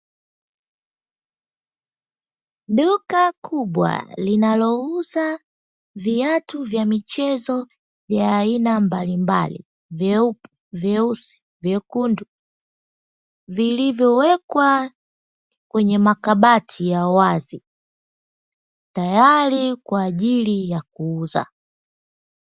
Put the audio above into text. Duka kubwa linalouza viatu vya michezo vya aina mbalimbali vyeupe, vyeusi, vyekundu, vilivyowekwa kwenye makabati ya wazi tayari kwa ajili ya kuuza.